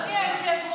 לכלכלה.